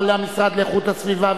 אבל המשרד לאיכות הסביבה,